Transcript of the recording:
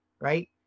right